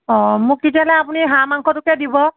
অ' মোক তেতিয়াহ'লে আপুনি হাঁহ মাংসটোকে দিব